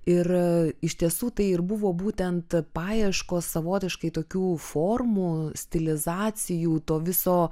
ir iš tiesų tai ir buvo būtent paieškos savotiškai tokių formų stilizacijų to viso